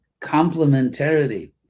complementarity